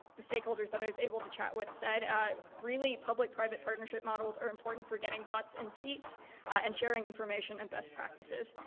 the stakeholders that i was able to chat with said, really public, private partnership models are important for getting butts in seats and sharing information and best practices.